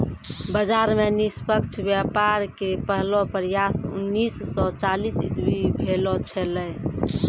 बाजार मे निष्पक्ष व्यापार के पहलो प्रयास उन्नीस सो चालीस इसवी भेलो छेलै